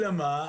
אלא מה,